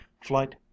flight